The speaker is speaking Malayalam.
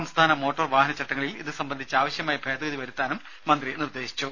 സംസ്ഥാന മോട്ടോർ വാഹന ചട്ടങ്ങളിൽ ഇത് സംബന്ധിച്ച് ആവശ്യമായ ഭേദഗതി വരുത്തുവാനും മന്ത്രി നിർദ്ദേശിച്ചു